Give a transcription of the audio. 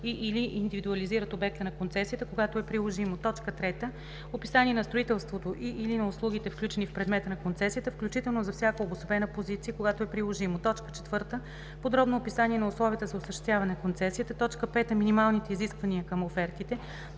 и/или индивидуализират обекта на концесията, когато е приложимо; 3. описание на строителството и/или на услугите, включени в предмета на концесията, включително за всяка обособена позиция, когато е приложимо; 4. подробно описание на условията за осъществяване концесията; 5. минималните изисквания към офертите;